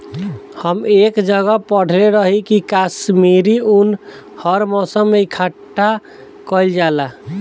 हम एक जगह पढ़ले रही की काश्मीरी उन हर मौसम में इकठ्ठा कइल जाला